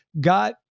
got